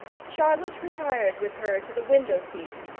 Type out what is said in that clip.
charlotte retired with her to the window-seat,